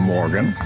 Morgan